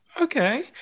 Okay